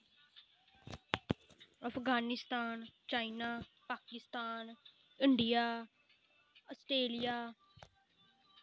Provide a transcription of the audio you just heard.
Afghanistan China Pakistan India Australia